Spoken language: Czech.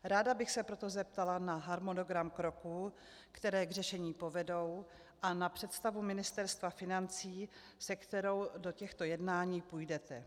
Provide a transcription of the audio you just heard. Ráda bych se proto zeptala na harmonogram kroků, které k řešení povedou, a na představu Ministerstva financí, se kterou do těchto jednání půjdete.